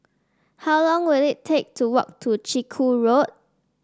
how long will it take to walk to Chiku Road